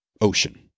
ocean